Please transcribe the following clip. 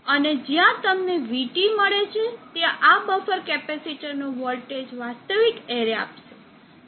અને જ્યાં તમને vT મળે છે ત્યાં આ બફર કેપેસિટરનો વોલ્ટેજ વાસ્તવિક એરે આપશે